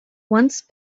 once